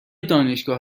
دانشگاه